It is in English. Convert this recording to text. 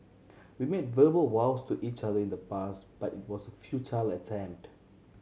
we made verbal vows to each other in the past but it was a futile attempt